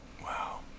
Wow